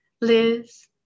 Liz